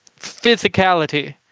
physicality